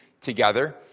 together